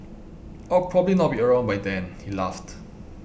I will probably not be around by then he laughed